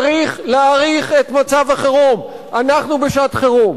צריך להאריך את מצב החירום, אנחנו בשעת חירום.